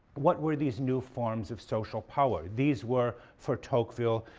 what were these new forms of social power? these were, for tocqueville,